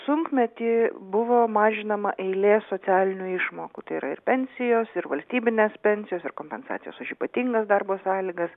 sunkmetį buvo mažinama eilė socialinių išmokų tai yra ir pensijos ir valstybinės pensijos ir kompensacijos už ypatingas darbo sąlygas